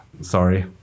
sorry